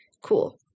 cool